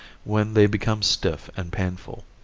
when they become stiff and painful.